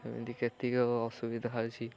ଏମିତି କେତେକ ଅସୁବିଧା ଅଛି